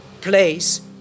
place